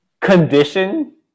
condition